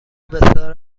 بسیار